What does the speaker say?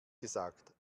gesagt